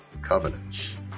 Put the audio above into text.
covenants